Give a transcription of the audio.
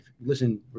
listen